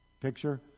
Picture